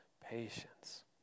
patience